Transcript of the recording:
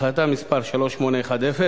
בהחלטה מס' 3810,